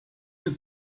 ihr